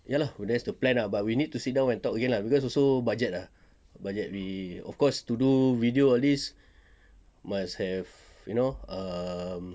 ya lah that's the plan lah but we need to sit down and talk again lah cause also budget lah budget we of course to do video like this must have you know err